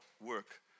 work